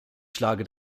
schlage